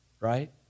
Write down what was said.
right